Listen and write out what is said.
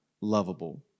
lovable